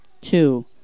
two